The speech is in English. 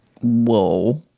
Whoa